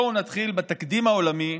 בואו נתחיל בתקדים העולמי